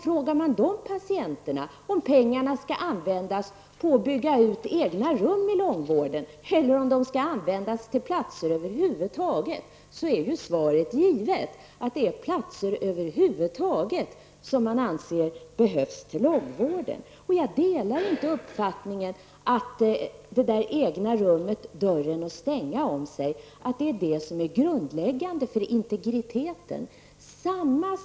Frågar man de patienterna om pengarna skall användas för att bygga egna rum i långvården eller om de skall användas till platser över huvud taget, är svaret givet att det är platser över huvud taget som man anser behövs för långvården. Jag delar inte uppfattningen att det är det egna rummet med en dörr att stänga om sig som är grundläggande för integriteten.